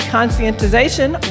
Conscientization